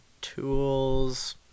tools